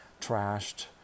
trashed